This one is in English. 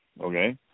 Okay